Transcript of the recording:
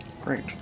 Great